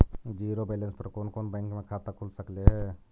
Zero balance पर कोन कोन बैंक में खाता खुल सकले हे?